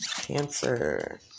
Cancer